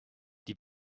die